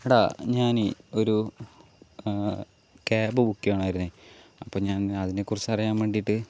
എടാ ഞാനേ ഒരു കേബ് ബുക്ക് ചെയ്യണമായിരുന്നെ അപ്പോൾ ഞാൻ അതിനെക്കുറിച്ച് അറിയാൻ വേണ്ടിയിട്ട്